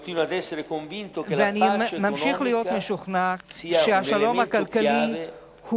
אני ממשיך להיות משוכנע שהשלום הכלכלי הוא